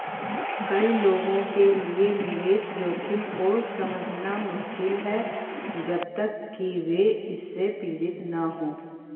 कई लोगों के लिए निवेश जोखिम को समझना मुश्किल है जब तक कि वे इससे पीड़ित न हों